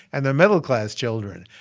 and they're middle-class children.